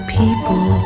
people